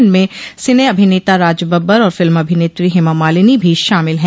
इनमें सिने अभिनेता राजबब्बर और फिल्म अभिनेत्री हेमा मालिनी भी शामिल हैं